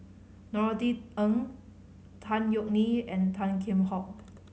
Norothy Ng Tan Yeok Nee and Tan Kheam Hock